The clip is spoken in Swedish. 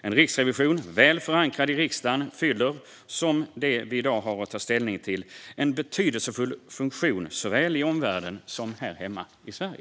En riksrevision väl förankrad i riksdagen fyller, som det vi i dag har att ta ställning till, en betydelsefull funktion såväl i omvärlden som här hemma i Sverige.